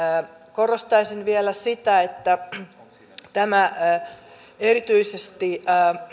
korostaisin vielä sitä että tämä erityisesti